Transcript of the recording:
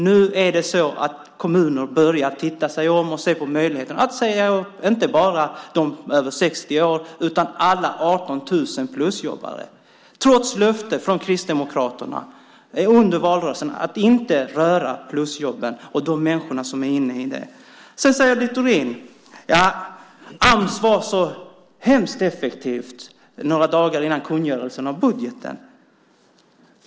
Nu börjar kommuner titta sig om och se på möjligheten att säga upp inte bara de över 60 år, utan alla 18 000 plusjobbare, trots löfte från Kristdemokraterna under valrörelsen om att inte röra plusjobben och de människor som är inne i det. Sedan säger Littorin: Ams var så hemskt effektivt några dagar före kungörelsen av budgeten.